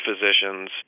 physicians